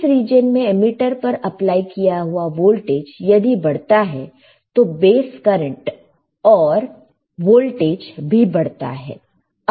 इस रीजन में एमीटर पर अप्लाई किया हुआ वोल्टेज यदि बढ़ता है तो करंट और वोल्टेज भी बढ़ता है